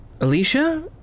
alicia